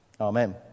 Amen